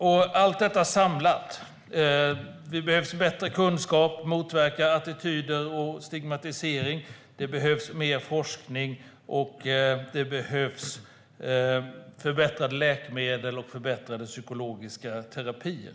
Med allt detta samlat: Det behövs bättre kunskap för att motverka attityder och stigmatisering. Det behövs mer forskning, och det behövs förbättrade läkemedel och förbättrade psykologiska terapier.